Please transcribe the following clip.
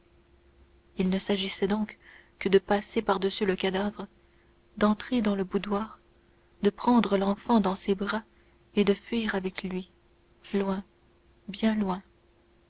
il ne s'agissait donc que de passer par-dessus le cadavre d'entrer dans le boudoir de prendre l'enfant dans ses bras et de fuir avec lui loin bien loin